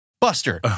Buster